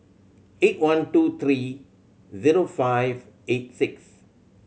eight one two three zero five eight six